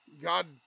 god